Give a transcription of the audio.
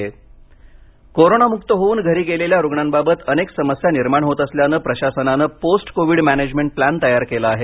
post Covid कोरोनामुक्त होऊन घरी गेलेल्या रुग्णांबाबत अनेक समस्या निर्माण होत असल्यानं प्रशासनानं पोस्ट कोविड मॅनेजमेंट प्लॅन तयार केला आहे